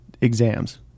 exams